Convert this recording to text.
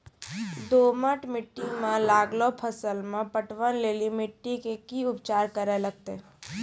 दोमट मिट्टी मे लागलो फसल मे पटवन लेली मिट्टी के की उपचार करे लगते?